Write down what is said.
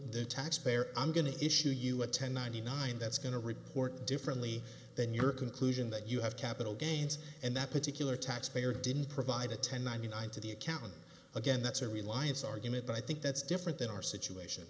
the taxpayer i'm going to issue you a ten ninety nine that's going to report differently than your conclusion that you have capital gains and that particular taxpayer didn't provide a ten i mean i to the account again that's a reliance argument and i think that's different than our situation